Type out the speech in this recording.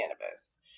cannabis